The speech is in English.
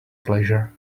pleasure